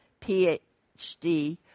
PhD